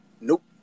Nope